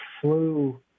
flu